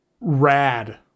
Rad